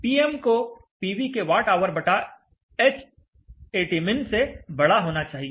Pm को PV के watt hour बटा Hatmin से बड़ा होना चाहिए